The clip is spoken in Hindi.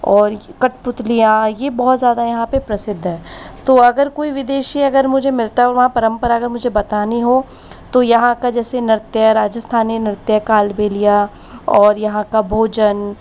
और कठपुतलियाँ ये बोहोत ज़्यादा यहाँ पे प्रसिद्ध है तो अगर कोई विदेशी अगर मुझे मिलता वहाँ परंपरा अगर मुझे बतानी हो तो यहाँ का जैसे नृत्य राजस्थानी नृत्य कालबेलिया और यहाँ का भोजन